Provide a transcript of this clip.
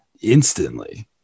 instantly